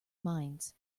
minds